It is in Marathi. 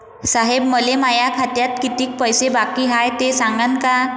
साहेब, मले माया खात्यात कितीक पैसे बाकी हाय, ते सांगान का?